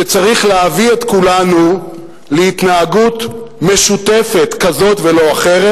שצריך להביא את כולנו להתנהגות משותפת כזאת ולא אחרת,